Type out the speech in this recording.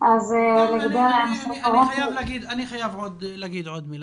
אני חייב לומר עוד מילה.